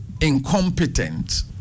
incompetent